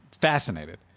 fascinated